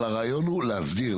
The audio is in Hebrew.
אבל הרעיון הוא להסדיר,